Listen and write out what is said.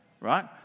Right